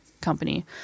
company